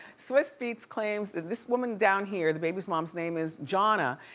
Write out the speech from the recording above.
swizz beatz claims that this woman down here, the baby's mom's name is jahna,